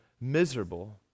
miserable